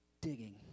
digging